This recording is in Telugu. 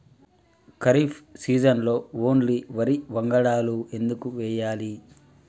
ఖరీఫ్ సీజన్లో ఓన్లీ వరి వంగడాలు ఎందుకు వేయాలి?